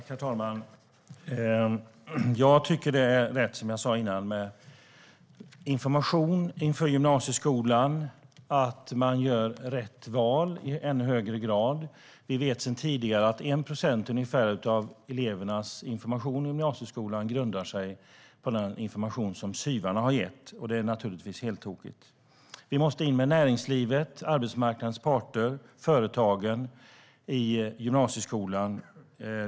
Herr talman! Jag tycker att det är rätt, som jag sa innan, med information inför gymnasieskolan så att man gör rätt val i ännu högre grad. Vi vet sedan tidigare att ungefär 1 procent av elevernas information om gymnasieskolan kommer från SYV:arna, och det är naturligtvis heltokigt. Vi måste in med näringslivet, arbetsmarknadens parter och företagen i gymnasieskolan.